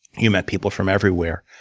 you met people from everywhere.